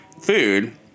food